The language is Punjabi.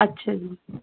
ਅੱਛਾ ਜੀ